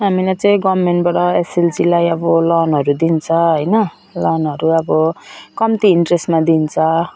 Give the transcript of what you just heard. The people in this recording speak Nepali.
हामीलाई चाहिँ गभर्मेन्टबाट अब एसएलजीलाई अब लोनहरू दिन्छ अब हैन लोनहरू अब कम्ती इन्ट्रेस्टमा दिन्छ